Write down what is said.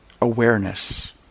awareness